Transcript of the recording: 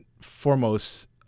foremost